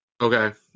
Okay